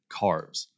carbs